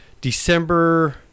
December